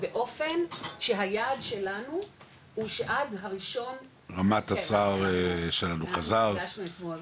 באופן שהיעד שלנו הוא שעד ה-1 --- רמ"ט שלנו חזר,